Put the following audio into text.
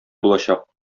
булачак